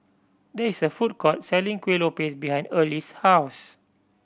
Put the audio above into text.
there is a food court selling Kueh Lopes behind Early's house